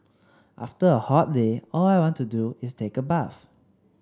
after a hot day all I want to do is take a bath